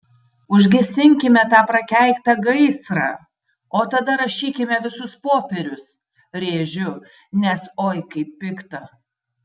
užgesinkime tą prakeiktą gaisrą o tada rašykime visus popierius rėžiu nes oi kaip pikta